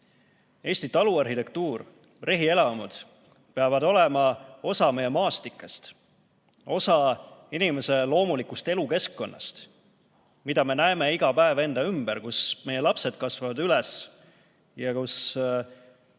Eesti taluarhitektuur, rehielamud peavad olema osa meie maastikest, osa inimese loomulikust elukeskkonnast, mida me näeme iga päev enda ümber, kus meie lapsed kasvavad üles ja kus